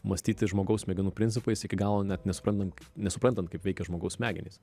mąstyti žmogaus smegenų principais iki galo net nesuprantant nesuprantant kaip veikia žmogaus smegenys